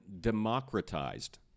democratized